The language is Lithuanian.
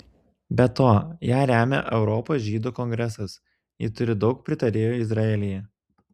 be to ją remia europos žydų kongresas ji turi daug pritarėjų izraelyje